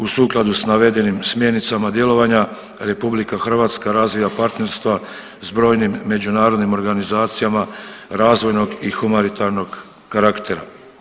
U sukladu s navedenim smjernicama djelovanja RH razvija partnerstva s brojnim međunarodnim organizacijama razvojnog i humanitarnog karaktera.